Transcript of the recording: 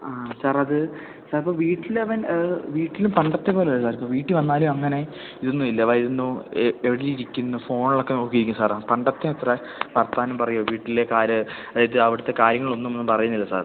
ആ സാർ അത് ചിലപ്പം വീട്ടിൽ അവൻ വീട്ടിൽ പണ്ടത്തെ പോലെ അല്ല സാർ ഇപ്പം വീട്ടിൽ വന്നാലും അങ്ങനെ ഇതൊന്നുമില്ല വരുന്നു എവിടെയെങ്കിലുമിരിക്കുന്നു ഫോണിലൊക്ക നോക്കി ഇരിക്കും സാർ ആ പണ്ടത്തെ അത്ര വർത്തമാനം പറയുകയോ വീട്ടിലേക്ക് ആര് അതായത് അവിടത്തെ കാര്യങ്ങളൊന്നും പറയുന്നില്ല സാറെ